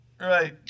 right